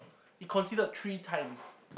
he conceded three times